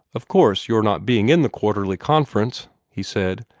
of course, your not being in the quarterly conference, he said,